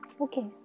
Okay